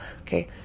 okay